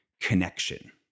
connection